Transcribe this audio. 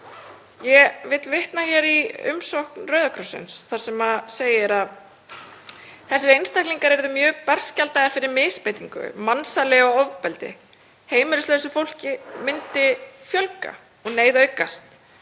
Ég vil vitna hér í umsögn Rauða krossins þar sem segir að þessir einstaklingar yrðu mjög berskjaldaður fyrir misbeitingu, mansali og ofbeldi. Heimilislausu fólki myndi fjölga og neyð aukast.